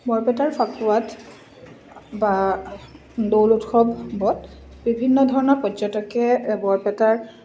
বৰপেটাৰ ফাকুৱাত বা দৌল উৎসৱত বিভিন্ন ধৰণৰ পৰ্যটকে বৰপেটাৰ